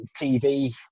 TV